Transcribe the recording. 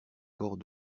corps